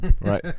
Right